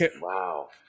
Wow